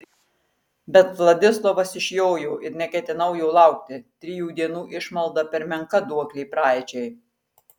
bet vladislovas išjojo ir neketinau jo laukti trijų dienų išmalda per menka duoklė praeičiai